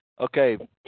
Okay